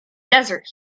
desert